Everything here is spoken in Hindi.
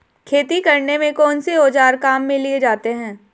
खेती करने में कौनसे औज़ार काम में लिए जाते हैं?